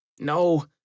No